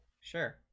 Sure